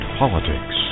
politics